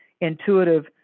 intuitive